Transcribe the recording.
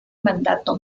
mandato